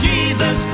Jesus